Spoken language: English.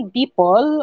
people